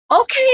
Okay